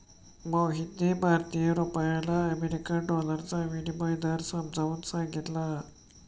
मोहितने भारतीय रुपयाला अमेरिकन डॉलरचा विनिमय दर समजावून सांगितला